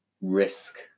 risk